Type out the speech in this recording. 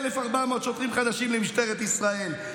1,400 שוטרים חדשים למשטרת ישראל.